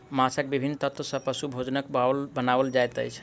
माँछक विभिन्न तत्व सॅ पशु भोजनक बनाओल जाइत अछि